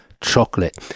chocolate